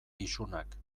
isunak